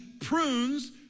prunes